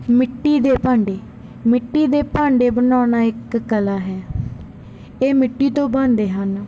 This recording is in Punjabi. ਮਿੱਟੀ ਦੇ ਭਾਂਡੇ ਮਿੱਟੀ ਦੇ ਭਾਂਡੇ ਬਣਾਉਣਾ ਇੱਕ ਕਲਾ ਹੈ ਇਹ ਮਿੱਟੀ ਤੋਂ ਬਣਦੇ ਹਨ